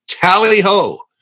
Tally-ho